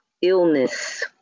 illness